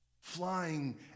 flying